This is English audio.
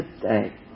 today